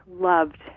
loved